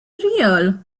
real